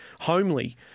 Homely